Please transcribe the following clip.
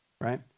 right